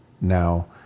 now